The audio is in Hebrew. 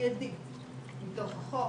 מיידית מתוך החוק.